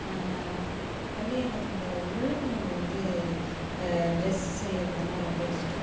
வந்து எனக்கு இந்த உள்ள நூல் வந்து ட்ரெஸ் செய்கிறதுன்னா ரொம்ப இஷ்டம்